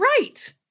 right